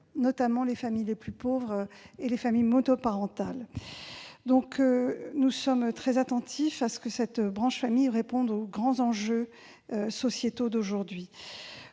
favoriser les familles les plus pauvres et les familles monoparentales. Nous sommes très attentifs à ce que la branche famille réponde aux grands enjeux sociétaux d'aujourd'hui.